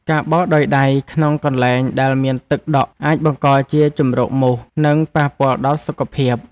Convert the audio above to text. ការបោកដោយដៃក្នុងកន្លែងដែលមានទឹកដក់អាចបង្កជាជម្រកមូស និងប៉ះពាល់ដល់សុខភាព។